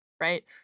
right